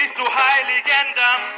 to heiligendamm,